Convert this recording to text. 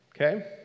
Okay